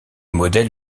modèles